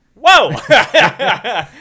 Whoa